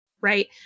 right